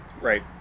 Right